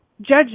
judge